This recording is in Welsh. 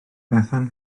bethan